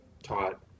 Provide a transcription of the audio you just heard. taught